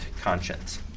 conscience